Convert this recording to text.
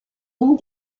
noms